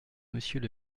monsieur